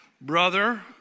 brother